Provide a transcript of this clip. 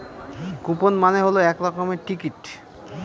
coupon মানে হল এক রকমের টিকিট